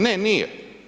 Ne, nije.